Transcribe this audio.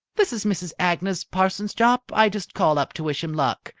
this is mrs. agnes parsons jopp. i just called up to wish him luck.